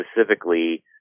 specifically